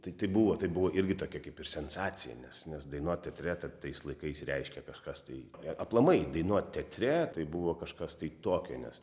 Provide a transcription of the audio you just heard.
tai tai buvo tai buvo irgi tokia kaip ir sensacija nes nes dainuot teatre ta tais laikais reiškė kažkas tai aplamai dainuot teatre tai buvo kažkas tai tokio nes